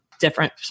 different